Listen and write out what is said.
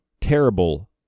terrible